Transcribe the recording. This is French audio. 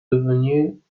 devenues